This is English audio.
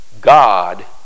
God